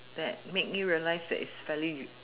that make me realize that is fairly